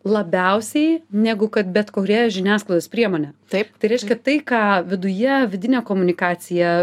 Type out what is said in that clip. labiausiai negu kad bet kuria žiniasklaidos priemone taip tai reiškia tai ką viduje vidinė komunikacija